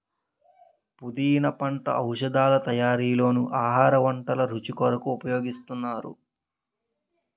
పుదీనా పంట ఔషధాల తయారీలోనూ ఆహార వంటల రుచి కొరకు ఉపయోగిస్తున్నారు